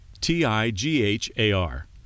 t-i-g-h-a-r